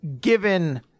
given